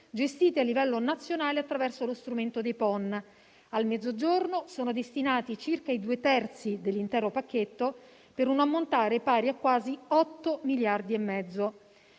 gestite a livello nazionale attraverso lo strumento dei PON. Al Mezzogiorno sono destinati circa i due terzi dell'intero pacchetto, per un ammontare pari a quasi 8,5 miliardi.